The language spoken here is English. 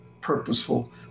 purposeful